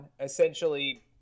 essentially